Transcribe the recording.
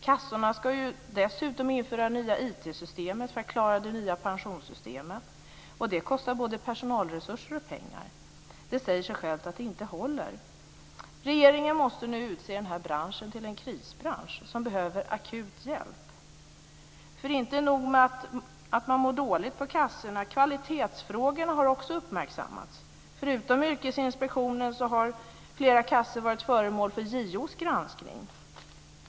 Kassorna ska dessutom införa ett nytt IT-system för att klara det nya pensionssystemet. Det kostar både personalresurser och pengar. Det säger sig självt att det inte håller. Regeringen måste nu utse denna bransch till en krisbransch som behöver akut hjälp. Inte nog med att man mår dåligt på kassorna - kvalitetsfrågorna har också uppmärksammats. Förutom för av Yrkesinspektionens granskning har flera kassor varit föremål för JO:s granskning.